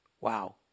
Wow